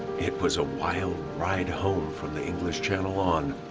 it was a wild ride home from the english channel on.